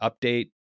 update